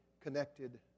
connected